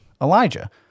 Elijah